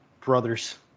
brothers